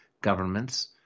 governments